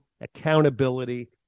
accountability